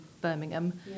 birmingham